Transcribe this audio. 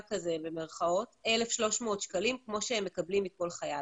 כזה 1,300 שקלים כמו שהם מקבלים מכל חייל.